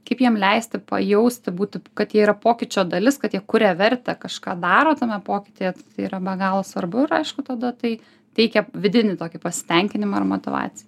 kaip jiem leisti pajausti būti kad ji yra pokyčio dalis kad ji kuria vertę kažką daro tame pokytyje tai yra be galo svarbu ir aišku tada tai teikia vidinį tokį pasitenkinimą ir motyvaciją